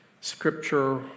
Scripture